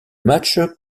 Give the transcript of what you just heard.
match